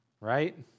Right